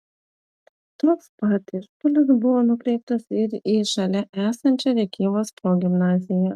toks pat išpuolis buvo nukreiptas ir į šalia esančią rėkyvos progimnaziją